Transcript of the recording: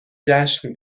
جشن